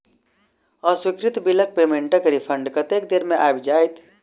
अस्वीकृत बिलक पेमेन्टक रिफन्ड कतेक देर मे आबि जाइत?